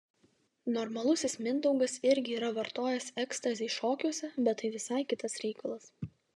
normalusis mindaugas irgi yra vartojęs ekstazį šokiuose bet tai visai kitas reikalas